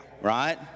right